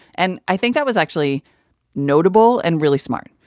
and i think that was actually notable and really smart.